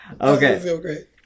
Okay